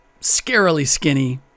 scarily-skinny